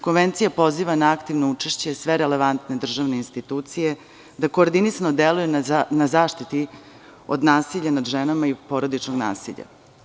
Konvencija poziva na aktivno učešće sve relevantne državne institucije da koordinisano deluju na zaštiti od nasilja nad ženama i porodičnog nasilja.